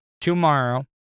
tomorrow